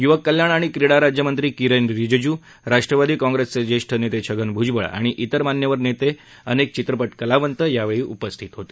युवक कल्याण आणि क्रिडा राज्यमंत्री किरेन रिजीजू राष्ट्रवादी काँग्रेसचे ज्येष्ठ नेते छगन भुजबळ आणि इतर मान्यवर नेते अनेक चित्रपट कलावंत आज उपस्थित होते